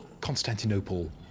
Constantinople